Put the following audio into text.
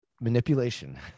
manipulation